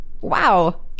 Wow